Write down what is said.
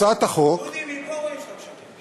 הצעת החוק, דודי, מפה רואים שאתה משקר.